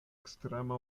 ekstrema